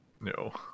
No